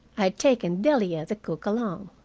i had taken delia, the cook, along.